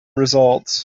results